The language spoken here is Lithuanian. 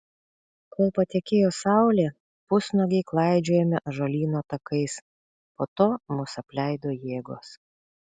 kol patekėjo saulė pusnuogiai klaidžiojome ąžuolyno takais po to mus apleido jėgos